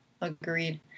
Agreed